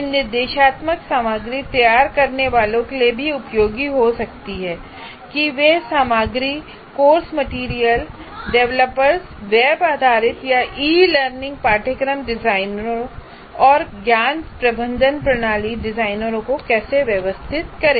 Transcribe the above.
यह निर्देशात्मक सामग्री तैयार करने वालों के लिए भी उपयोगी हो सकता है कि वह सामग्री कोर्स मटेरियल डेवलपर्स वेब आधारित या ई लर्निंग पाठ्यक्रम डिजाइनरों और ज्ञान प्रबंधन प्रणाली डिजाइनरों को कैसे व्यवस्थित करें